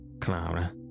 Clara